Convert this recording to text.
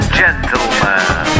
gentlemen